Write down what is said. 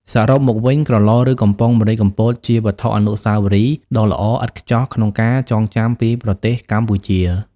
សរុបមកវិញ ក្រឡ ឬ កំប៉ុងម្រេចកំពតជាវត្ថុអនុស្សាវរីយ៍ដ៏ល្អឥតខ្ចោះក្នុងការចងចាំពីប្រទេសកម្ពុជា។